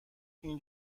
این